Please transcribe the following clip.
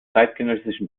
zeitgenössischen